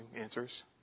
answers